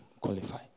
qualify